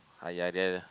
!aiya! the